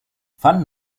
fun